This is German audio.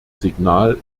signal